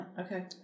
okay